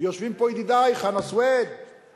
ויושבים פה ידידי חנא סוייד,